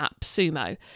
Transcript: AppSumo